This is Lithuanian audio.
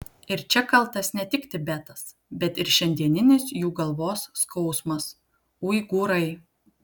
ir čia kaltas ne tik tibetas bet ir šiandieninis jų galvos skausmas uigūrai